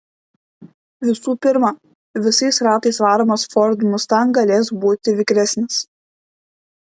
visų pirma visais ratais varomas ford mustang galės būti vikresnis